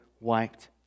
wiped